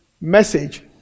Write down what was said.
message